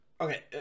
Okay